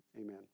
Amen